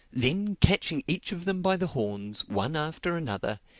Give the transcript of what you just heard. then catching each of them by the horns, one after another,